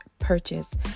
purchase